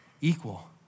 equal